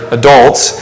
adults